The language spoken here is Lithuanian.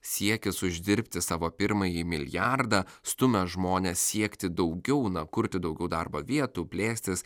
siekis uždirbti savo pirmąjį milijardą stumia žmones siekti daugiau kurti daugiau darbo vietų plėstis